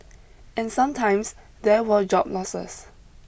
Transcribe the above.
and sometimes there were job losses